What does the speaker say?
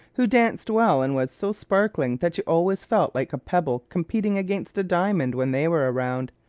who danced well and was so sparkling that you always felt like a pebble competing against a diamond when they were around?